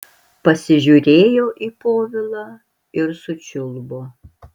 pasižiūrėjo į povilą ir sučiulbo